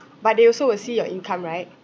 but they also will see your income right